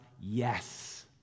yes